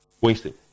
wasted